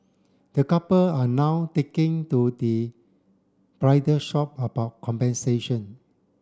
the couple are now taking to the bridal shop about compensation